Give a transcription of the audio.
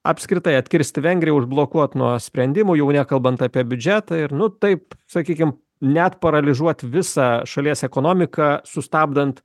apskritai atkirsti vengriją užblokuot nuo sprendimų jau nekalbant apie biudžetą ir nu taip sakykim net paralyžiuot visą šalies ekonomiką sustabdant